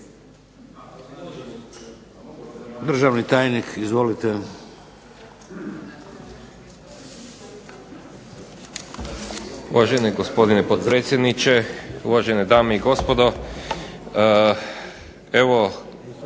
Državni tajnik. Izvolite.